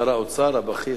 שר האוצר הבכיר.